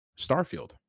Starfield